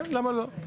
כן, למה לא?